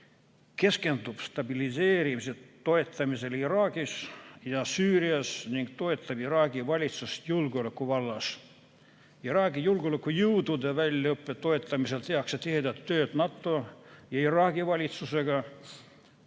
keskendub stabiliseerimise toetamisele Iraagis ja Süürias ning toetab Iraagi valitsust julgeolekuvallas. Iraagi julgeolekujõudude väljaõppe toetamisel tehakse tihedat tööd Iraagi valitsuse